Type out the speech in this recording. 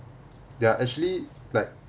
there are actually like